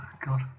god